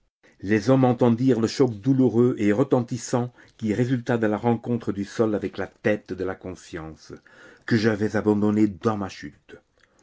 les hommes entendirent le choc douloureux et retentissant qui résulta de la rencontre du sol avec la tête de la conscience que j'avais abandonnée dans ma chute